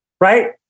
right